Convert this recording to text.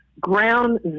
ground